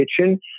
kitchen